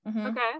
Okay